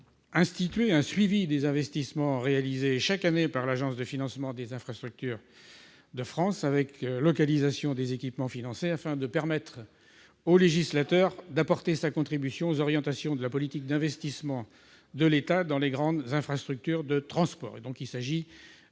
instituer un suivi des investissements réalisés chaque année par cette agence et de la localisation des équipements financés, afin de permettre au législateur d'apporter sa contribution aux orientations de la politique d'investissement de l'État dans les grandes infrastructures de transport.